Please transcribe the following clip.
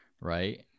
right